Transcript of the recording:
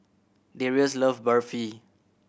Darrius love Barfi